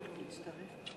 היושב-ראש,